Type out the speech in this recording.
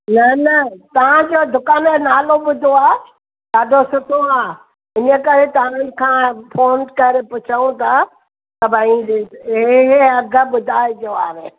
न न तव्हांजो दुकान जो नालो ॿुधो आहे ॾाढो सुठो आहे हिन करे तव्हां खां फोन करे पुछूं था त भाई जे इहे इहे अघु ॿुधाए जो हाणे